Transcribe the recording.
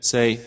Say